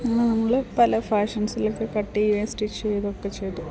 അങ്ങനെ നമ്മൾ പല ഫാഷൻസിലൊക്കെ കട്ട് ചെയ്യുകയും സ്റ്റിച്ച് ചെയ്തൊക്കെ ചെയ്തു